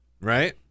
right